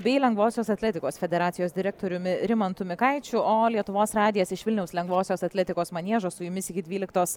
bei lengvosios atletikos federacijos direktoriumi rimantu mikaičiu o lietuvos radijas iš vilniaus lengvosios atletikos maniežo su jumis iki dvyliktos